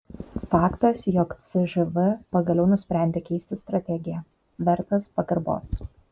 faktas jog cžv pagaliau nusprendė keisti strategiją vertas pagarbos